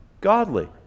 Godly